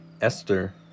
esther